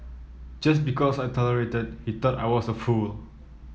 just because I tolerated he thought I was a fool